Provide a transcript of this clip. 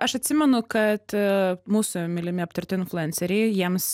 aš atsimenu kad mūsų mylimi aptarti influenceriai jiems